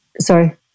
Sorry